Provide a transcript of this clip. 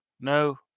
No